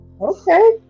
Okay